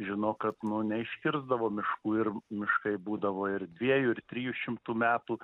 žino kad nu neišskirdavo miškų ir miškai būdavo ir dviejų ir trijų šimtų metų